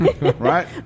Right